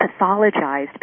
pathologized